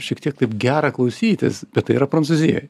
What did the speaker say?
šiek tiek taip gera klausytis bet tai yra prancūzijoj